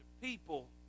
people